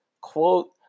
quote